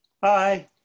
Bye